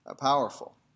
powerful